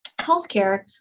healthcare